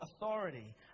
authority